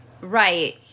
Right